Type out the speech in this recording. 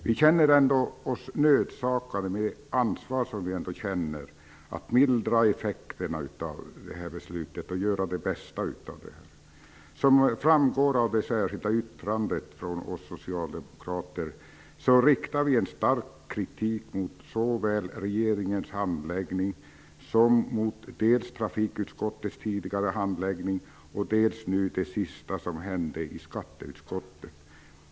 Vi känner oss dock nödsakade -- med det ansvar vi ändå känner -- att mildra effekterna av beslutet och göra det bästa av situationen. Som framgår av det särskilda yttrandet från oss socialdemokrater riktar vi en stark kritik mot såväl regeringens handläggning som trafikutskottets tidigare handläggning och det senaste som hände i skatteutskottet.